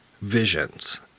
visions